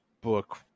book